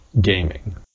gaming